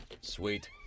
Sweet